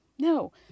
No